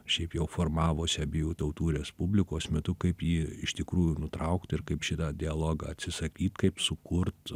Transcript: šiaip jau formavosi abiejų tautų respublikos metu kaip jį iš tikrųjų nutraukti ir kaip šitą dialogą atsisakyt kaip sukurt